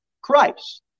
Christ